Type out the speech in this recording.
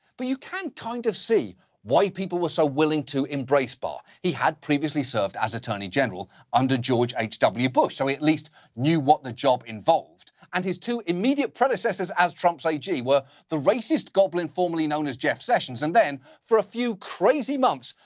but you can kind of see why people were so willing to embrace barr. he had previously served as attorney general under george h w. bush, so he at least knew what the job involved. and his two immediate predecessors as trump's ag were the racist goblin formerly known as jeff sessions and then, for a few crazy months,